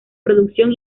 producción